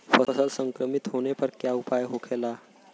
फसल संक्रमित होने पर क्या उपाय होखेला?